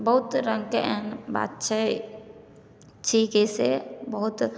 बहुत रंगके एहेन बात छै छी के से बहुत